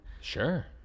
Sure